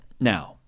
now